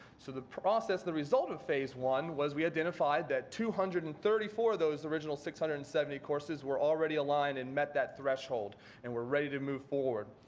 so the process, the result of phase one was we identified that two hundred and thirty four of those original six hundred and seventy courses were already aligned and met that threshold and were ready to move forward.